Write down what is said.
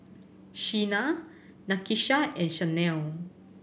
Shena Nakisha and Shanell